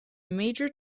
major